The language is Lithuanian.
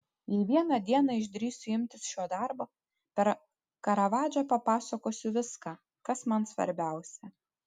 jei vieną dieną išdrįsiu imtis šio darbo per karavadžą papasakosiu viską kas man svarbiausia